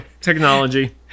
technology